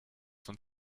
von